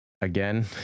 again